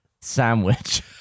sandwich